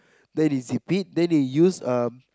then they zip it then they use um